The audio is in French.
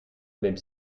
même